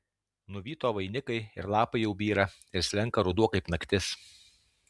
nuvyto vainikai ir lapai jau byra ir slenka ruduo kaip naktis